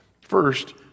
first